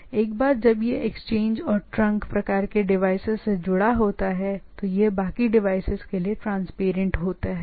इसलिए एक बार जब यह इस एक्सचेंज और ट्रंक और चीजों के प्रकार से जुड़ा होता है तो यह ट्रांसपेरेंट होता है